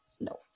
no